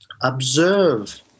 observe